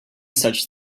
such